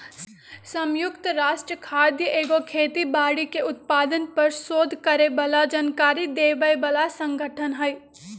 संयुक्त राष्ट्र खाद्य एगो खेती बाड़ी के उत्पादन पर सोध करे बला जानकारी देबय बला सँगठन हइ